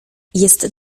jest